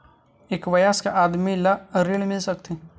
एक वयस्क आदमी ल का ऋण मिल सकथे?